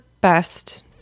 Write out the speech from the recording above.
best